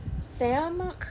Sam